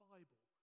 Bible